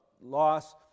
loss